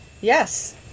Yes